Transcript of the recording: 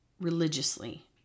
religiously